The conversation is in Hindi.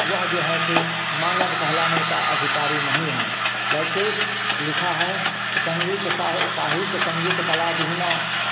वह जो है से मानव कहलाने का अधिकारी नहीं है जैसे लिखा है कि संगीत साहे साहित्य संगीत कला विहीनः